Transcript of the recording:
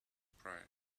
price